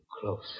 close